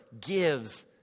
gives